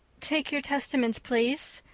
take your testaments, please,